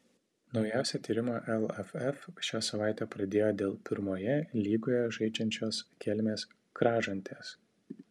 naujausią tyrimą lff šią savaitę pradėjo dėl pirmoje lygoje žaidžiančios kelmės kražantės